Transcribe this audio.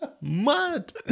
Mad